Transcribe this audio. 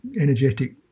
energetic